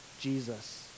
Jesus